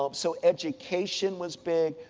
um so education was big.